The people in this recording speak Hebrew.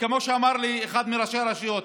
וכמו שאמר לי אחד מראשי הרשויות,